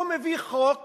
הוא מביא חוק